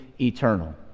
eternal